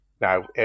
now